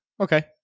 Okay